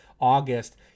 August